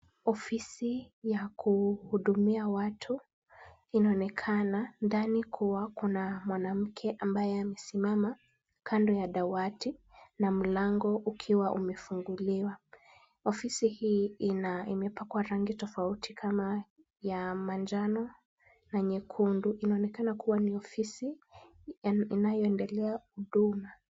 Ofisi ya kuhudumia watu inaonekana ndani kuwa kuna mwanamke ambaye amesimama kando ya dawati na mlango ukiwa umefunguliwa. Ofisi hii imepakwa rangi tofauti kama ya manjano na nyekundu. Inaonekana kuwa ni ofisi inayoendelea huduma.